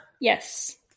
Yes